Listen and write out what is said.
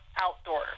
outdoor